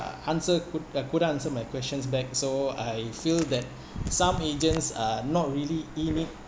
uh answer could uh could answer my questions back so I feel that some agents are not really in it